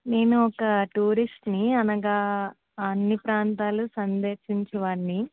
నేనొక టూరిస్టుని అనగా అన్ని ప్రాంతాలు సందర్శించువాణ్ణి